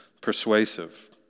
persuasive